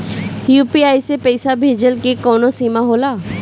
UPI से पईसा भेजल के कौनो सीमा होला?